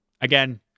again